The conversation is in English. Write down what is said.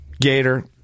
gator